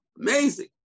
Amazing